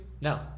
No